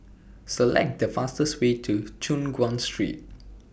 Select The fastest Way to Choon Guan Street